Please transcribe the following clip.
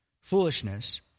foolishness